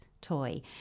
toy